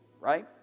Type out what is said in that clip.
right